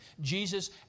Jesus